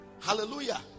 Hallelujah